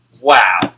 wow